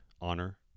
honor